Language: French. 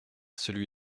celui